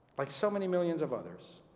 like so many millions of others,